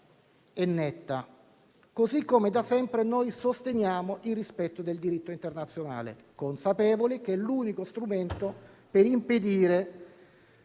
e netta. Allo stesso modo, da sempre sosteniamo il rispetto del diritto internazionale, consapevoli che è l'unico strumento per impedire